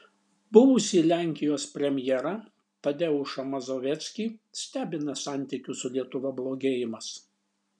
buvusį lenkijos premjerą tadeušą mazoveckį stebina santykių su lietuva blogėjimas